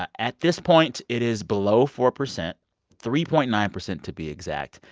ah at this point, it is below four percent three point nine percent, to be exact.